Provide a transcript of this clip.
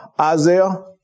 Isaiah